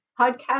podcast